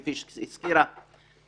כפי שהזכירה חברתי,